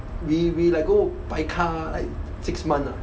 we we like go baika like six month ah